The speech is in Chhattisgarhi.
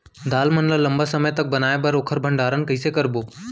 दाल मन ल लम्बा समय तक बनाये बर ओखर भण्डारण कइसे रखबो?